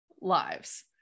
lives